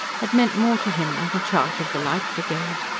had meant more to him than the charge of the light brigade.